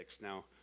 Now